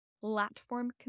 platform